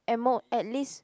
at more at least